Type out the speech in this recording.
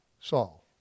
Saul